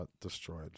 destroyed